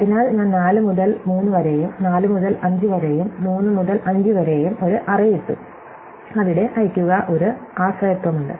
അതിനാൽ ഞാൻ 4 മുതൽ 3 വരെയും 4 മുതൽ 5 വരെയും 3 മുതൽ 5 വരെയും ഒരു അറേ ഇട്ടു അവിടെ അയയ്ക്കുക ഒരു ആശ്രയത്വമുണ്ട്